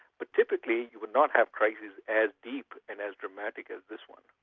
but typically we would not have crises as deep and as dramatic as this one.